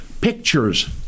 pictures